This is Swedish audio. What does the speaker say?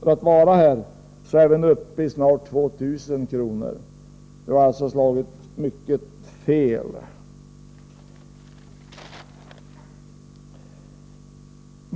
för att vara här, står de 2 000 kr. som vi nu snart är uppe i. Beräkningarna har alltså slagit mycket fel.